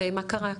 ומה קרה?